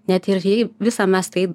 net ir jei visa mes taip